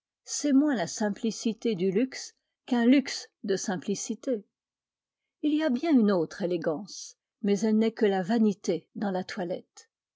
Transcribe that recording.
c'est moins la simplicité du luxe qu'un luxe de simplicité il y a bien une autre élégance mais elle n'est que la vanité dans la toilette